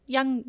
Young